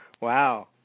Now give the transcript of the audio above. Wow